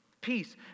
Peace